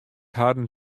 harren